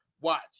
watch